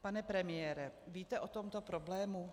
Pane premiére, víte o tomto problému?